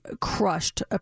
crushed